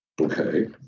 okay